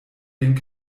den